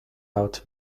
out